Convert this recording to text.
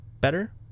better